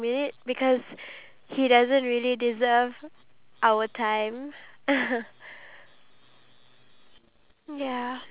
ya and he actually since he got millions of views his millions of people who watch his videos are actually they actually gain some